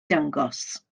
dangos